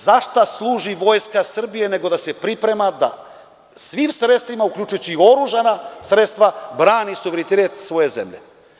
Zašto služi Vojska Srbije nego da se priprema da svim sredstvima, uključujući i oružana sredstva, brani suverenitet svoje zemlje?